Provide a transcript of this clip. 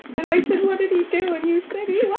and i said, what did he do? and you said, he